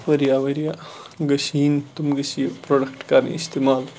واریاہ واریاہ گٔژھۍ یِن تم گٔژھۍ یہِ پروڈَکٹ کَرٕنۍ اِستعمال